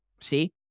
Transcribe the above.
See